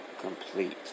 complete